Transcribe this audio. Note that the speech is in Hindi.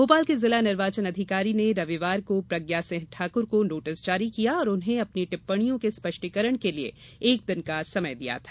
भोपाल के जिला निर्वाचन अधिकारी ने रविवार को प्रज्ञा सिंह ठाकुर को नोटिस जारी किया और उन्हें अपनी टिप्पणियों के स्पष्टीकरण के लिए एक दिन का समय दिया था